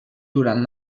durant